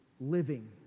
living